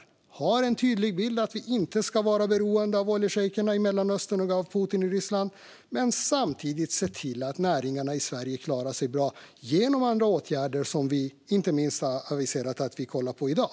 Vi har en tydlig bild av att vi inte ska vara beroende av oljeschejkerna i Mellanöstern och av Putin i Ryssland men samtidigt se till att näringarna i Sverige klarar sig bra genom andra åtgärder, inte minst sådana som vi har aviserat att vi kollar på i dag.